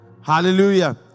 Hallelujah